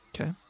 Okay